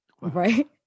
Right